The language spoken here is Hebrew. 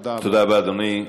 תודה רבה.